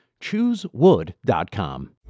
ChooseWood.com